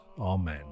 Amen